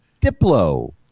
diplo